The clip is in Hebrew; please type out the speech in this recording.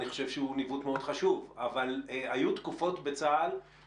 אני חושב שהוא ניווט מאוד חשוב היו תקופות בצבא הגנה לישראל